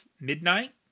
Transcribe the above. midnight